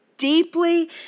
deeply